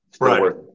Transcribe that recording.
right